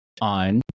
on